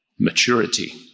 Maturity